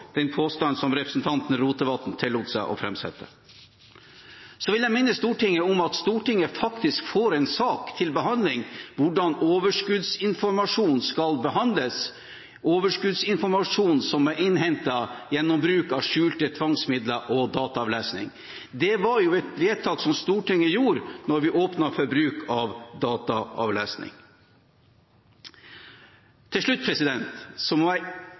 den påstanden som representanten Rotevatn tillot seg å framsette. Så vil jeg minne Stortinget om at Stortinget faktisk får en sak til behandling om hvordan overskuddsinformasjon skal behandles, overskuddsinformasjon som er innhentet gjennom bruk av skjulte tvangsmidler og dataavlesning. Det var et vedtak Stortinget gjorde da vi åpnet for bruk av dataavlesning. Til slutt